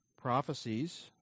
prophecies